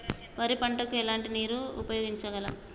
వరి పంట కు ఎలాంటి నీరు ఉపయోగించగలం?